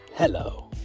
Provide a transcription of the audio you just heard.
Hello